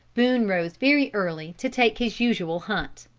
boone rose very early to take his usual hunt.